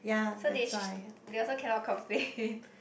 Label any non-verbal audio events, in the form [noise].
so they sh~ they also cannot complain [breath]